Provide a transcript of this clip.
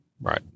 Right